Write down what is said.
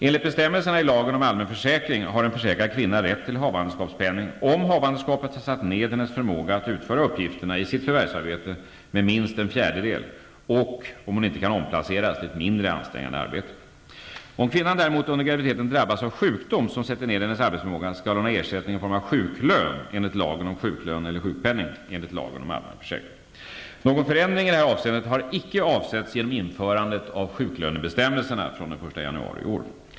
Enligt bestämmelser i lagen om allmän försäkring har en försäkrad kvinna rätt till havandeskapspenning om havandeskapet har satt ned hennes förmåga att utföra uppgifterna i sitt förvärvsarbete med minst en fjärdedel och hon inte kan omplaceras till ett mindre ansträngande arbete. Om kvinnan däremot under graviditeten drabbas av sjukdom som sätter ned hennes arbetsförmåga skall hon ha ersättning i form av sjuklön enligt lagen om sjuklön eller sjukpenning enligt lagen om allmän försäkring. Någon förändring i det här avseendet har inte avsetts genom införandet av sjuklönebestämmelserna den 1 januari i år.